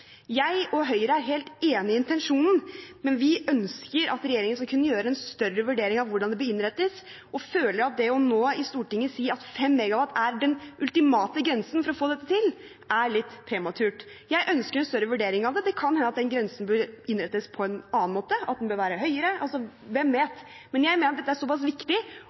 Jeg og Høyre er helt enig i intensjonen, men vi ønsker at regjeringen skal kunne gjøre en større vurdering av hvordan det blir innrettet, og føler at nå i Stortinget å si at 5 MW er den ultimate grensen for å få dette til, er litt prematurt. Jeg ønsker en større vurdering av det. Det kan hende at den grensen bør innrettes på en annen måte, at den bør være høyere – hvem vet? Men jeg mener at dette er viktig,